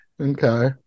Okay